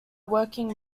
working